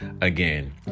again